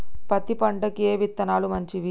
పత్తి పంటకి ఏ విత్తనాలు మంచివి?